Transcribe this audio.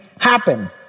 happen